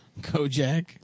Kojak